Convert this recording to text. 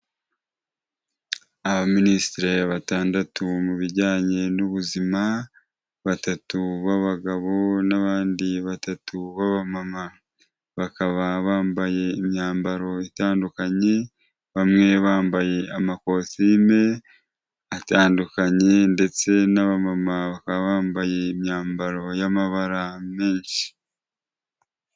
Abaminisiti batandatu mu bijyanye n'ubuzima, batatu b'abagabo n'abandi batatu baba mama bakaba bambaye imyambaro itandukanye bamwe bambaye amakositime atandukanye ndetse n'abamama bakaba bambaye imyambaro y'amabara menshi.